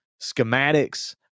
schematics